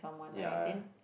yea